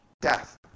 death